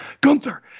Gunther